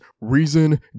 Reason